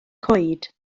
coed